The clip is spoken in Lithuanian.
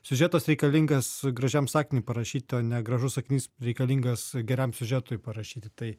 siužetas reikalingas gražiam sakiniui parašyt o ne gražus sakinys reikalingas geram siužetui parašyti tai